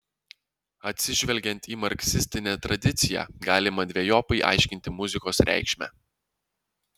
atsižvelgiant į marksistinę tradiciją galima dvejopai aiškinti muzikos reikšmę